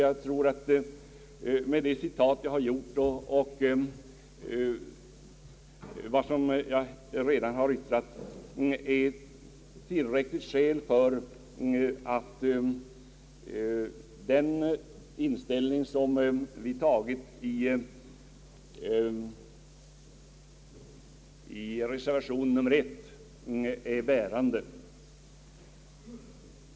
Jag tror att det jag redan har yttrat och de citat jag har anfört är tillräckliga skäl för den ställning som vi har intagit i reservation 1.